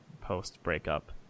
post-breakup